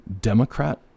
Democrat